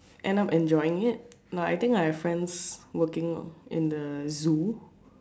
end up enjoying it like I think have friends working in the zoo